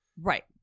Right